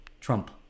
Trump